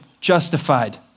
justified